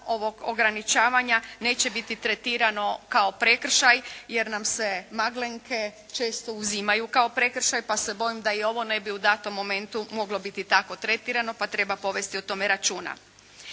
ovog ograničavanja neće biti tretirano kao prekršaj jer nam se maglenke često uzimaju kao prekršaj, pa se bojim da i ovo ne bi u datom momentu moglo biti tako tretirano pa treba povesti o tome računa.